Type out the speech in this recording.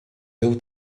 był